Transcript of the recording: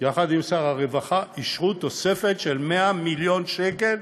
ושר הרווחה אישרו תוספת של 100 מיליון שקל